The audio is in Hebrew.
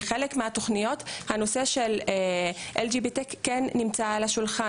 בחלק מהתוכניות הנושא של LGBTECH כן נמצא על השולחן